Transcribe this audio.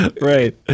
Right